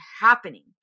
happening